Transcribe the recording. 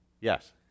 Yes